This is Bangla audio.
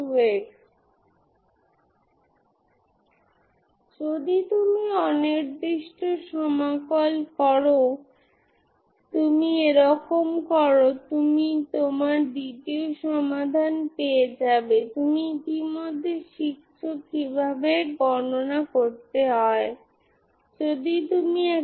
abfcos2mπb axdx সুতরাং n m এর সাথে করেস্পন্ডিং এটি একসাথে হবে abfcos2mπb axdx amab2mπb a xdx অন্যান্য জিনিস হবে cos 2mπb ax থেকে cos 2mπb ax